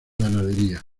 ganadería